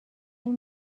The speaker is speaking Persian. این